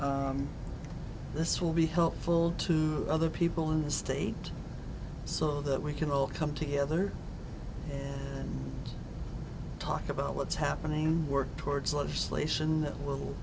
this will be helpful to other people in the state so that we can all come together and talk about what's happening work towards legislation that